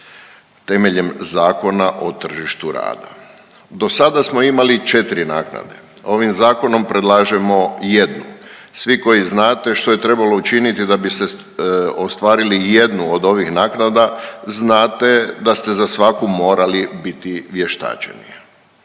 temeljem Zakona o tržištu rada. Dosada smo imali 4 naknade, ovim zakonom predlažemo jednu. Svi koji znate što je trebalo učiniti da biste ostvarili ijednu od ovih naknada znate da ste za svaku morali biti vještačeni.